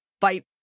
fight